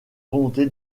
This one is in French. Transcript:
volonté